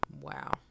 Wow